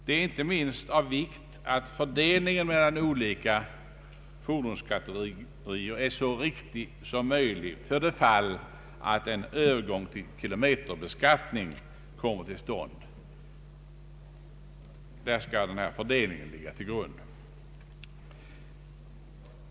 Det är inte minst av vikt att fördelningen mellan olika fordonskategorier är så riktig som möjligt för det fall att en övergång till kilometerbeskattning kommer till stånd. Vid en dylik övergång skall denna fördelning ligga till grund.